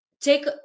Take